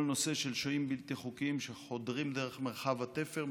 כל הנושא של שוהים בלתי חוקיים שחודרים דרך מרחב התפר,